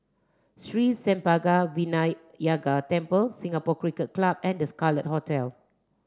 Sri Senpaga Vinayagar Temple Singapore Cricket Club and The Scarlet Hotel